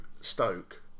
Stoke